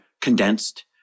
condensed